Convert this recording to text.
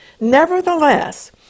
Nevertheless